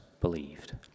believed